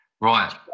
right